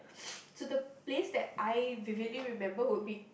so the place that I vividly remember would be